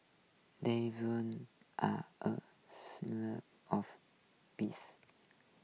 doves are a symbol of peace